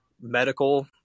medical